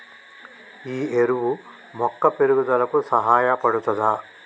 ఈ ఎరువు మొక్క పెరుగుదలకు సహాయపడుతదా?